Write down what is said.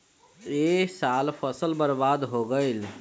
ए साल फसल बर्बाद हो गइल